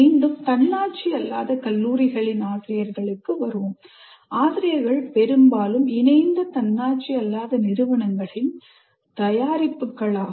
மீண்டும் தன்னாட்சி அல்லாத கல்லூரிகளின் ஆசிரியர்களுக்கு வருவோம் ஆசிரியர்கள் பெரும்பாலும் இணைந்த தன்னாட்சி அல்லாத நிறுவனங்களின் தயாரிப்புகளாகும்